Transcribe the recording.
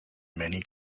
many